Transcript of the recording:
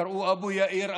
קראו "אבו יאיר",